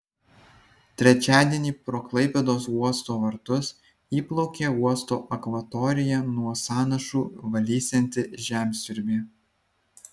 trečiadienį pro klaipėdos uosto vartus įplaukė uosto akvatoriją nuo sąnašų valysianti žemsiurbė